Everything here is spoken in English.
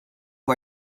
who